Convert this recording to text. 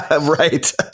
Right